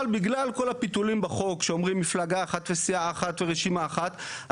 אבל בגלל כל הפיתולים בחוק שאומרים מפלגה אחת וסיעה אחת ורשימה אחת,